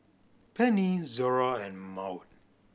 Pennie Zora and Maud